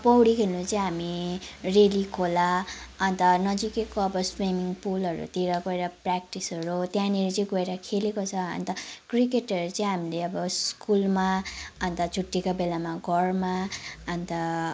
अब पौडी खेल्नु चाहिँ हामी रेली खोला अन्त नजिकैको अब स्विमिङ पुलहरूतिर गएर प्र्याक्टिसहरू त्यहाँनिर चाहिँ गएर खेलेको छ अन्त क्रिकेटहरू चाहिँ हामीले अब स्कुलमा अन्त छुट्टीको बेलामा घरमा अन्त